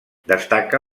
destaca